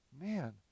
man